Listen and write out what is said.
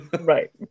right